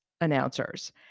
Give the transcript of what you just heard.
announcers